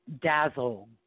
dazzle